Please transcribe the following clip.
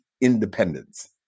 independence